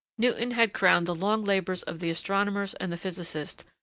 newton had crowned the long labors of the astronomers and the physicists,